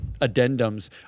addendums